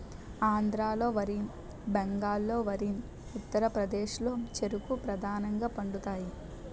ఆంధ్రాలో వరి బెంగాల్లో వరి ఉత్తరప్రదేశ్లో చెరుకు ప్రధానంగా పండుతాయి